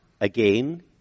again